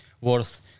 worth